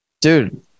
Dude